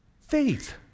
Faith